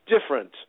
different